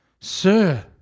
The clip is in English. Sir